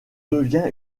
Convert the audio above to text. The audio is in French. devient